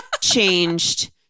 changed